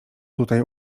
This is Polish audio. tutaj